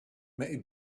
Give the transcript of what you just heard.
may